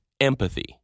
empathy